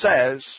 says